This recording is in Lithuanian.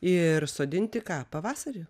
ir sodinti ką pavasarį